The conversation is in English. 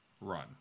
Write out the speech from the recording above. Run